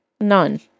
None